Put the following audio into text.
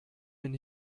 den